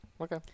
okay